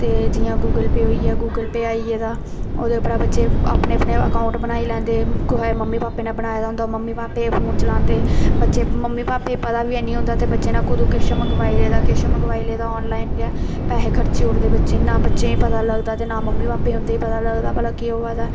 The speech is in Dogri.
ते जि'यां गूगल पेऽ होई गेआ गूगल पेऽ आई गेदा ओह्दे उप्परा बच्चे अपने अपने अकाऊंट बनाई लैंदे कुसै दे मम्मी पापे ने बनाए दा होंदा मम्मी पापे दा फोन चलांदे बच्चे मम्मी पापे गी पता बी हैन्नी होंदा ते बच्चे ने कदूं किश मंगवाई लेदा किश मंगवाई लेदा आनलाइन गै पैसे खर्ची ओड़दे बच्चे ना बच्चें गी पता लगदा ते ना मम्मी पापे गी उं'दे पता लगदा भला केह् होआ दा ऐ